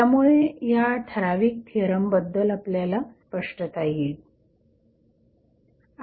त्यामुळे या ठराविक थिअरम बद्दल आपल्याला स्पष्टता येईल